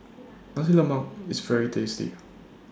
Nasi Lemak IS very tasty